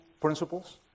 principles